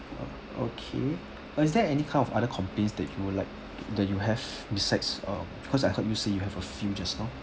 uh okay is there any kind of other complaints that you would like that you have besides um because I heard you said you have a few just now